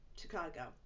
Chicago